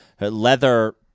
leather